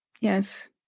yes